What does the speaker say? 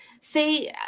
See